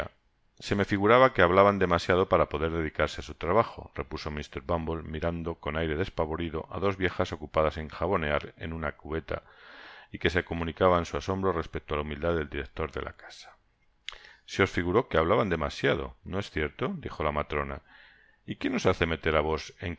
se me figuraba que hablaban demasiado para poder dedicarse á su trabajo repuso mr bumble mirando con aire despavorido á dos viejas ocupadas en javonear ea una cubeta y que se comunicaban su asombro respecto á la humildad del director de la casa se os figuró que hablaban demasiado no es cierto dijo la matronay quién os hace meter á vos